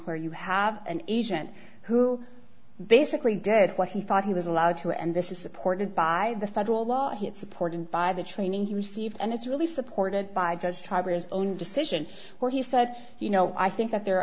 where you have an agent who basically did what he thought he was allowed to and this is supported by the federal law he is supported by the training he received and it's really supported by does tiger's own decision where he said you know i think that there are